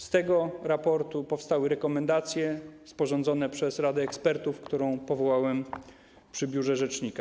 Z tego raportu powstały rekomendacje sporządzone przez radę ekspertów, którą powołałem przy biurze rzecznika.